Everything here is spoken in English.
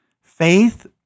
faith